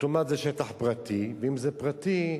אוטומטית זה שטח פרטי, ואם זה פרטי,